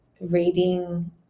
reading